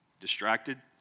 distracted